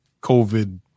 covid